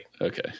Okay